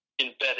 Embedded